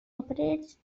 operates